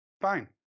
Fine